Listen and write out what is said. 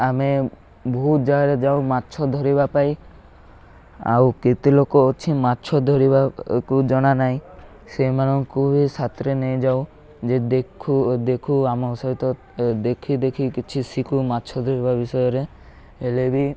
ଆମେ ବହୁତ ଜାଗାରେ ଯାଉ ମାଛ ଧରିବା ପାଇଁ ଆଉ କେତେ ଲୋକ ଅଛି ମାଛ ଧରିବାକୁ ଜଣା ନାଇଁ ସେମାନଙ୍କୁ ବି ସାଥିରେ ନେଇଯାଉ ଯେ ଦେଖୁ ଦେଖୁ ଆମ ସହିତ ଦେଖି ଦେଖି କିଛି ଶିଖୁ ମାଛ ଧରିବା ବିଷୟରେ ହେଲେ ବି